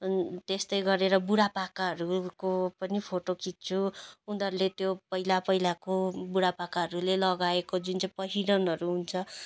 त्यस्तो गरेर बुढापाकाहरूको पनि फोटो खिच्दछु उनीहरूले त्यो पहिला पहिलाको बुढापाकाहरूले लगाएको जुन चाहिँ पहिरनहरू हुन्छ